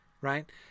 right